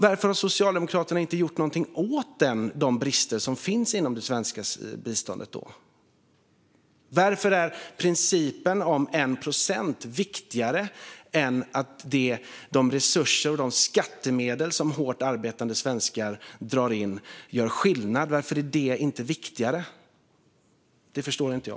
Varför har Socialdemokraterna inte gjort något åt de brister som finns inom det svenska biståndet? Varför är principen om 1 procent viktigare än att de resurser och de skattemedel som hårt arbetande svenskar drar in gör skillnad? Det förstår inte jag.